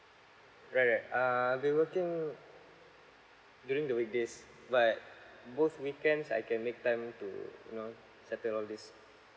right right I'll be working during the weekdays but both weekends I can make time to you know settle all these